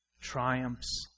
triumphs